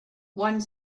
one